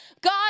God